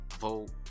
vote